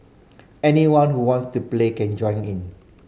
anyone who wants to play can join in